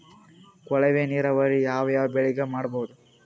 ಕೊಳವೆ ನೀರಾವರಿ ಯಾವ್ ಯಾವ್ ಬೆಳಿಗ ಮಾಡಬಹುದು?